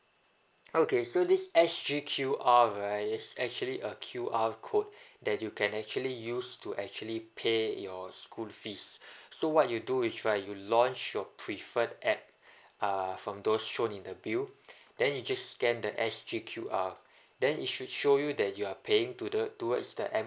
okay so this sg Q_R right is actually a Q_R code that you can actually use to actually pay your school fees so what you do is right you launch your preferred app uh from those shown in the bill then you just scan the sg Q_R uh then it should show you that you are paying to the towards the